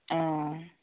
অ